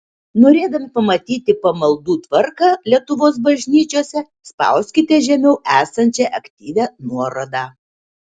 norėdami pamatyti pamaldų tvarką lietuvos bažnyčiose spauskite žemiau esančią aktyvią nuorodą